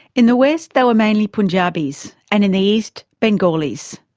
in the west they were mainly punjabis, and in the east bengalis.